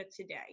today